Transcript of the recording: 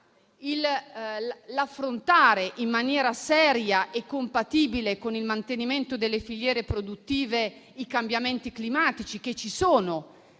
affrontare in maniera seria e compatibile con il mantenimento delle filiere produttive i cambiamenti climatici, che ci sono;